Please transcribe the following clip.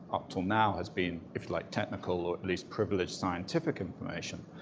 up till now, has been if like technical or at least privileged scientific information,